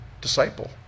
disciple